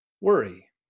worry